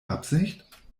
absicht